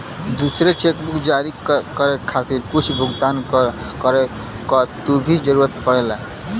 दूसर चेकबुक जारी करे खातिर कुछ भुगतान करे क भी जरुरत पड़ेला